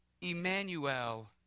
Emmanuel